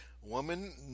Woman